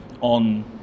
on